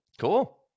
cool